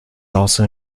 also